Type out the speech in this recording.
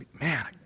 man